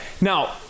Now